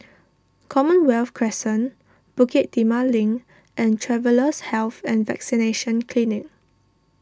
Commonwealth Crescent Bukit Timah Link and Travellers' Health and Vaccination Clinic